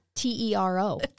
T-E-R-O